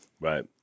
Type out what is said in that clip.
Right